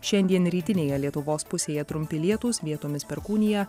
šiandien rytinėje lietuvos pusėje trumpi lietūs vietomis perkūnija